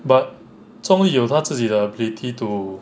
but zhong li 有他自己的 ability to